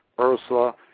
ursula